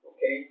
Okay